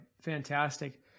Fantastic